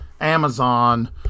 Amazon